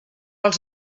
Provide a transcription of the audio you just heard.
els